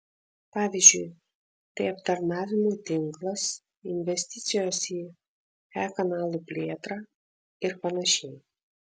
pavyzdžiui tai aptarnavimo tinklas investicijos į e kanalų plėtrą ir panašiai